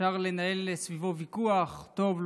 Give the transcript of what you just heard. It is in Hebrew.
אפשר לנהל סביבו ויכוח: טוב,